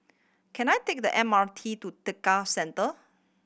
can I take the M R T to Tekka Center